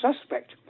suspect